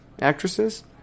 actresses